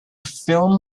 film